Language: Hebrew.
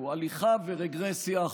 הליכה אחורה ורגרסיה.